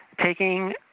Taking